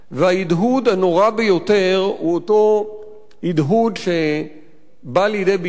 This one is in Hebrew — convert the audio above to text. וההדהוד הנורא ביותר הוא אותו הדהוד שבא לידי ביטוי